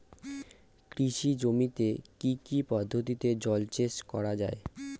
কৃষি জমিতে কি কি পদ্ধতিতে জলসেচ করা য়ায়?